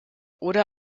oder